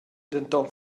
denton